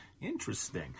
Interesting